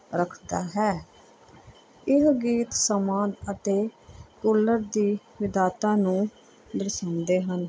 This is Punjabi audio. ਰੱਖਦਾ ਹੈ ਇਹ ਗੀਤ ਸਮਾਂ ਅਤੇ ਕੁਲਰ ਦੀ ਵਿਧਾਤਾ ਨੂੰ ਦਰਸਾਉਂਦੇ ਹਨ